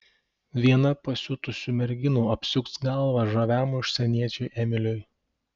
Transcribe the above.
viena pasiutusių merginų apsuks galvą žaviam užsieniečiui emiliui